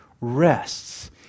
rests